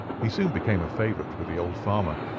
he soon became a favourite with the old farmer,